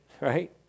right